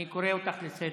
אני קורא אותך לסדר,